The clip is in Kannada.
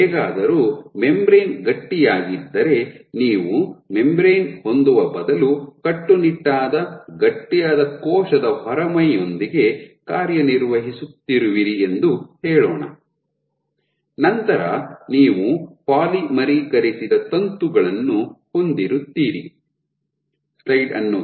ಹೇಗಾದರೂ ಮೆಂಬರೇನ್ ಗಟ್ಟಿಯಾಗಿದ್ದರೆ ನೀವು ಮೆಂಬರೇನ್ ಹೊಂದುವ ಬದಲು ಕಟ್ಟುನಿಟ್ಟಾದ ಗಟ್ಟಿಯಾದ ಕೋಶದ ಹೊರಮೈಯೊಂದಿಗೆ ಕಾರ್ಯನಿರ್ವಹಿಸುತ್ತಿರುವಿರಿ ಎಂದು ಹೇಳೋಣ ನಂತರ ನೀವು ಪಾಲಿಮರೀಕರಿಸಿದ ತಂತುಗಳನ್ನು ಹೊಂದಿರುತ್ತೀರಿ